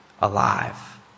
alive